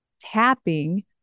tapping